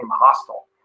hostile